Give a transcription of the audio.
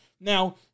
Now